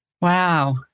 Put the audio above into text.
Wow